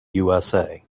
usa